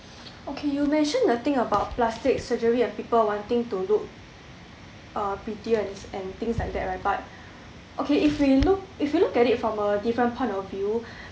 okay you mentioned the thing about plastic surgery and people wanting to look uh prettier and and things like that right but okay if we look if you look at it from a different point of view